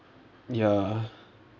ya